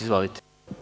Izvolite.